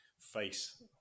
face